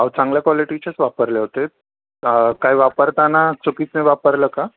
अहो चांगल्या क्वालिटीचेच वापरले होते काय वापरताना चुकीचं वापरलं का